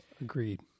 Agreed